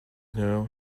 know